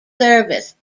service